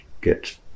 get